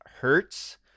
hurts